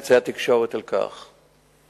תשובת השר לביטחון פנים יצחק אהרונוביץ: (לא נקראה,